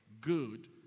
good